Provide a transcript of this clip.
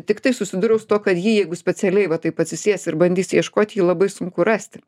tiktai susidūriau su tuo kad jeigu specialiai va taip atsisėsi ir bandysi ieškoti jį labai sunku rasti